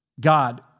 God